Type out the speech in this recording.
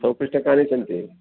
सौपिष्टकानि सन्ति